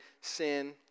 sin